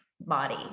body